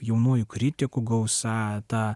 jaunųjų kritikų gausa ta